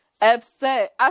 upset